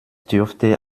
dürfte